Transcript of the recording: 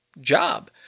job